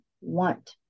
want